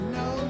no